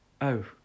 Oh